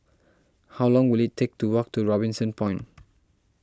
how long will it take to walk to Robinson Point